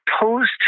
post